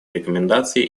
рекомендаций